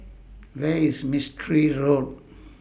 Where IS Mistri Road